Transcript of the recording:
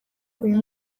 uyu